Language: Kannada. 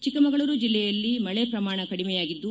ಚಿಕ್ಕಮಗಳೂರು ಜಲ್ಲೆಯಲ್ಲಿ ಮಳೆ ಪ್ರಮಾಣ ಕಡಿಮೆಯಾಗಿದ್ದು